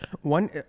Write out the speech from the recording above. One